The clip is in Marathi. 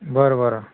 बरं बरं